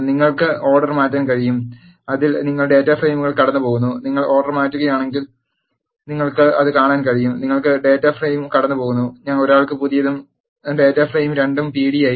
നിങ്ങൾക്ക് ഓർഡർ മാറ്റാൻ കഴിയും അതിൽ നിങ്ങൾ ഡാറ്റ ഫ്രെയിമുകൾ കടന്നുപോകുന്നു നിങ്ങൾ ഓർഡർ മാറ്റുകയാണെങ്കിൽ നിങ്ങൾക്ക് അത് കാണാൻ കഴിയും നിങ്ങൾ ഡാറ്റാ ഫ്രെയിം കടന്നുപോകുന്നു ഒരാൾക്ക് പുതിയതും ഡാറ്റ ഫ്രെയിം 2 ഉം pd ആയി